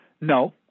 no